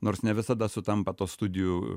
nors ne visada sutampa tos studijų